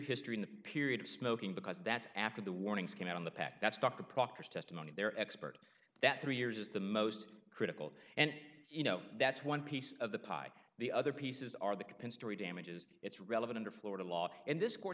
history in the period of smoking because that's after the warnings came out on the pack that's dr proctor's testimony their expert that three years is the most critical and you know that's one piece of the pie the other pieces are the compensatory damages it's relevant under florida law and this cour